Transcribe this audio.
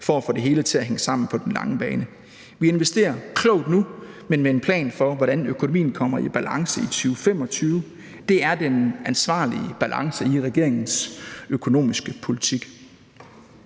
for at få det hele til at hænge sammen på den lange bane. Vi investerer klogt nu, men med en plan for, hvordan økonomien kommer i balance i 2025. Det er den ansvarlige balance i regeringens økonomiske politik.